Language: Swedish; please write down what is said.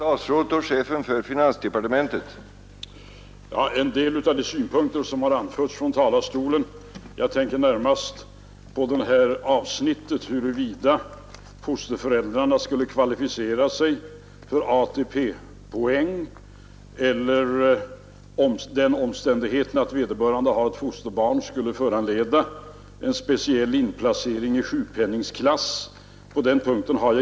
Herr talman! Från talarstolen har anförts synpunkter på saker som jag inte har någon som helst uppfattning om. Jag tänker närmast på frågan om fosterföräldrarna skulle kvalificera sig för ATP-poäng eller huruvida den omständigheten att vederbörande har fosterbarn skulle föranleda en speciell inplacering i sjukpenningsklass.